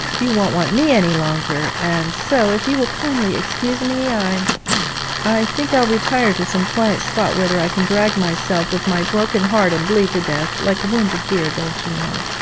you won't want me any longer, and so, if you will kindly excuse me, i i think i'll retire to some quiet spot whither i can drag myself with my broken heart and bleed to death, like a wounded deer, don't you know